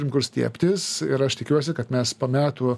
turim kur stiebtis ir aš tikiuosi kad mes po metų